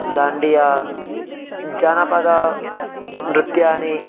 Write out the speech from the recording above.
dandiya जनपदनृत्यानि